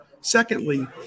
Secondly